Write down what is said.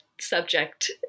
subject